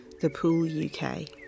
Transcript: ThePoolUK